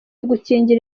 gukingira